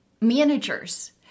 managers